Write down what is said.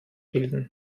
bilden